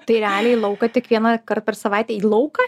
tai realiai į lauką tik vienąkart per savaitę į lauką